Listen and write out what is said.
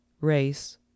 race